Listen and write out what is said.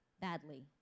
badly